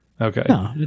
okay